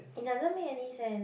it doesn't make any sense